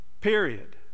period